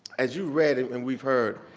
as you've read and and we've heard.